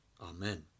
Amen